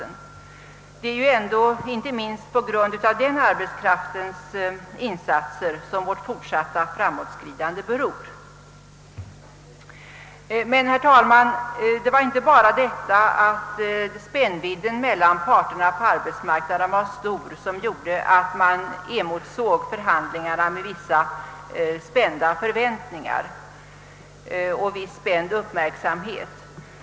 Det är ju ändå inte minst på grund av den arbetskraftens insatser som vårt fortsatta framåtskridande beror. Men, herr talman, att man följde förhandlingarna med stor uppmärksamhet berodde inte bara på att spännvidden mellan parterna på arbetsmarknaden var stor.